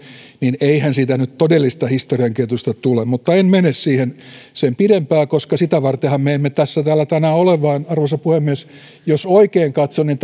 niin eihän siitä nyt todellista historiankirjoitusta tule mutta en mene siihen sen pidempään koska sitä vartenhan me emme tässä täällä tänään ole vaan arvoisa puhemies jos oikein katson niin